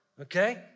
okay